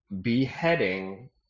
Beheading